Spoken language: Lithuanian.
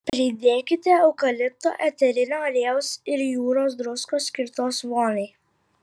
pridėkite eukalipto eterinio aliejaus ir jūros druskos skirtos voniai